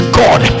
god